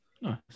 nice